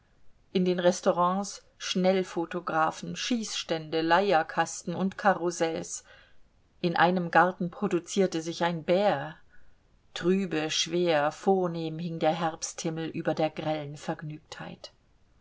in den restaurants schnellphotographen schießstände leierkasten und karussells in einem garten produzierte sich ein bär trübe schwer vornehm hing der herbsthimmel über der grellen